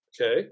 Okay